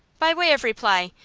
by way of reply,